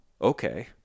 Okay